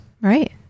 Right